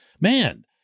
man